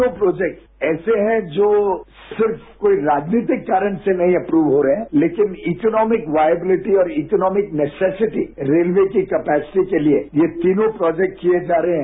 तीनों प्रोजेक्ट्स ऐसे हैं जो सिर्फ कोई राजनीतिक कारण से नहीं एप्रूव हो रहे हैं तेकिन इकनोमी वायबलेटी और इकनोमी नेस्ससिटी रेलवे की कैसिटी के लिए ये तीनों प्रोजेक्ट किए जा रहे हैं